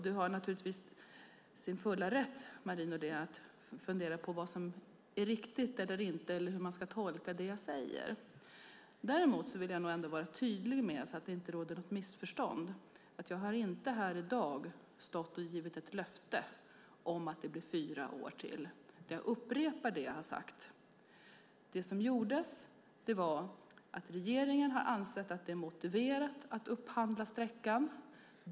Du är givetvis i din fulla rätt att fundera över vad som är riktigt eller inte och hur man ska tolka det jag säger. För att undvika missförstånd vill jag vara tydlig med att jag inte här i dag har givit ett löfte om att det blir fyra år till. Jag upprepar det jag har sagt: Regeringen har ansett det motiverat att upphandla sträckan.